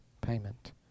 payment